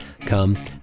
come